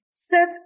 Set